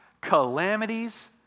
calamities